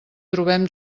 trobem